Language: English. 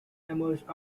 emerged